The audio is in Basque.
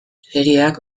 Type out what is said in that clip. serieak